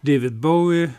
deivid bouvi